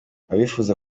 abifuza